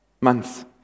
months